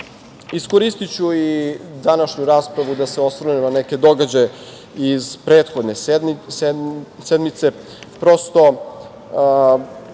itd. Iskoristiću i današnju raspravu da se osvrnem na neke događaje sa prethodne sednice.